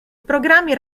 programmi